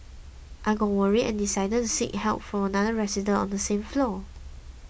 I got worried and decided to seek help from another resident on the same floor